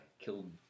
killed